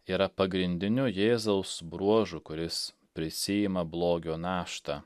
yra pagrindiniu jėzaus bruožu kuris prisiima blogio naštą